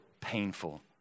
painful